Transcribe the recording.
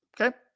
Okay